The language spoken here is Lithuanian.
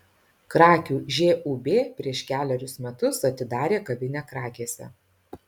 krakių žūb prieš kelerius metus atidarė kavinę krakėse